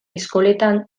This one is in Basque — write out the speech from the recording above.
eskoletan